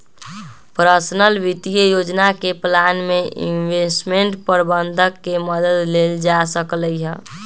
personal वित्तीय योजना के प्लान में इंवेस्टमेंट परबंधक के मदद लेल जा सकलई ह